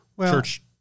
church